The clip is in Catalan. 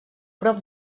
prop